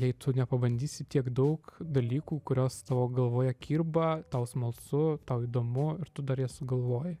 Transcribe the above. jei tu nepabandysi tiek daug dalykų kurios tavo galvoje kirba tau smalsu tau įdomu ir tu dar jas sugalvoji